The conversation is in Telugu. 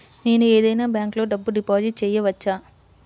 నేను ఏదైనా బ్యాంక్లో డబ్బు డిపాజిట్ చేయవచ్చా?